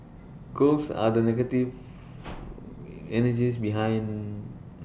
ghosts are the negative energies behind